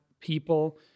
people